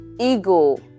ego